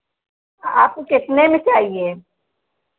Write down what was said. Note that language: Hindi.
आपको कितने में चाहिए